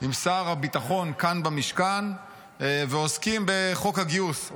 עם שר הביטחון כאן במשכן ועוסקים בחוק הגיוס,